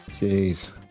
Jeez